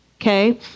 Okay